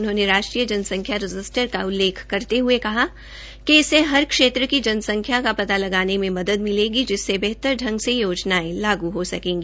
उन्होंने राष्ट्रीय जनसंख्या रजिस्ट्रर का उल्लेख करते हये कहा कि इससे हर क्षेत्र की जनसंख्या का पता लगाने में मदद मिलेगी जिससे बेहतर ढ़ग से योजनायें लागू हो सकेंगी